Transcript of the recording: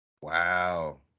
wow